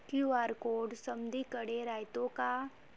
QR code समदीकडे रायतो का?